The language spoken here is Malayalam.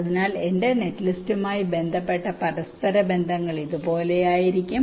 അതിനാൽ എന്റെ നെറ്റ് ലിസ്റ്റുമായി ബന്ധപ്പെട്ട പരസ്പരബന്ധങ്ങൾ ഇതുപോലെയായിരിക്കും